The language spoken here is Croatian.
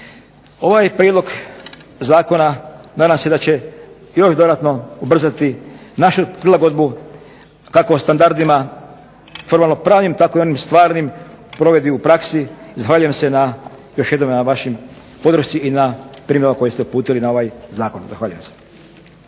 Ovaj prijedlog zakona nadam se da će još dodatno ubrzati našu prilagodbu kako standardima formalno pravnim tako i onim stvarnim provedbi u praksi. Zahvaljujem se još jednom na vašoj podršci i na primjedbama koje ste uputili na ovaj zakon. Zahvaljujem se.